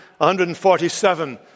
147